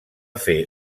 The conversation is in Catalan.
fer